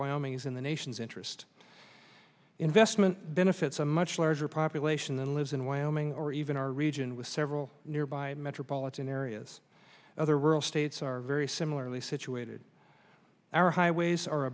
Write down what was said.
wyoming is in the nation's interest investment benefits a much larger population that lives in wyoming or even our region with several nearby metropolitan areas other rural states are very similarly situated our highways are a